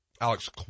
Alex